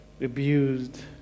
abused